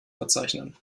verzeichnen